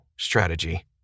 strategy